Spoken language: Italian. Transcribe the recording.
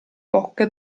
bocca